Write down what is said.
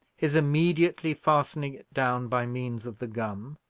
his immediately fastening it down by means of the gum,